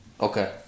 Okay